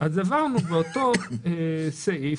אז הבהרנו באותו סעיף,